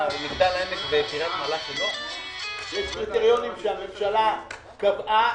יש קריטריונים שהממשלה קבעה